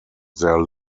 their